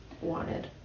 wanted